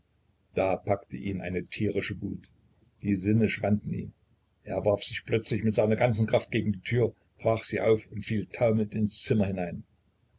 da packte ihn eine tierische wut die sinne schwanden ihm er warf sich plötzlich mit seiner ganzen kraft gegen die tür brach sie auf und fiel taumelnd ins zimmer hinein